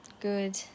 good